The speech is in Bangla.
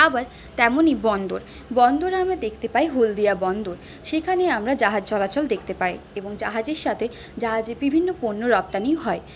আবার তেমনই বন্দর বন্দর আমরা দেখতে পাই হলদিয়া বন্দর সেখানে আমরা জাহাজ চলাচল দেখতে পাই এবং জাহাজের সাথে জাহাজে বিভিন্ন পণ্য রপ্তানি হয়